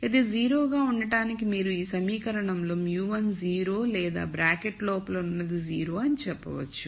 ఇది 0 గా ఉండటానికి మీరు ఈ సమీకరణంలో μ1 0 లేదా బ్రాకెట్ లోపల ఉన్నది 0 అని చెప్పవచ్చు